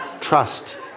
Trust